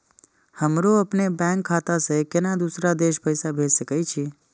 हमरो अपने बैंक खाता से केना दुसरा देश पैसा भेज सके छी?